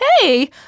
Hey